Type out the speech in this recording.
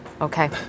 Okay